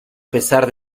pesar